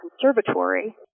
Conservatory